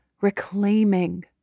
reclaiming